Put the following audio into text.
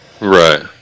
Right